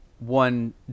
one